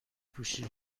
پوشی